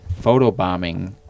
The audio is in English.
photobombing